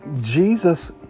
Jesus